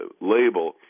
label